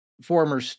former